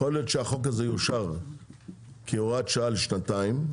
יכול להיות שהחוק הזה יאושר כהוראת שעה לשנתיים,